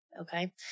Okay